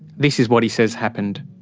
this is what he says happened.